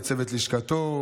לצוות לשכתו,